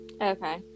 Okay